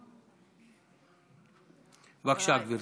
בבקשה, גברתי.